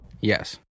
yes